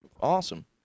awesome